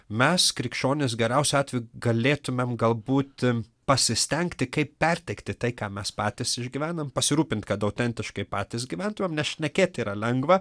mes krikščionys geriausiu atveju galėtumėm gal būti pasistengti kaip perteikti tai ką mes patys išgyvenam pasirūpint kad autentiškai patys gyventumėm nes šnekėt yra lengva